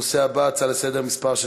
נעבור להצבעה.